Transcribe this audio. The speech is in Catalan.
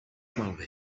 malbé